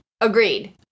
Agreed